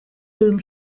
whom